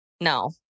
No